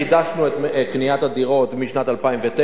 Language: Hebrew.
חידשנו את קניית הדירות משנת 2009,